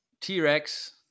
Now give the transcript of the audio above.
t-rex